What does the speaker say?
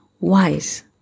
wise